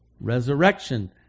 resurrection